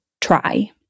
try